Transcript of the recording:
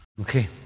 Okay